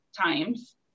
times